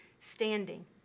standing